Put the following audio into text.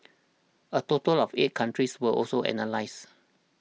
a total of eight countries were also analysed